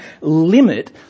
limit